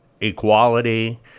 Equality